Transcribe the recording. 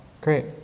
Great